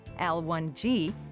L1G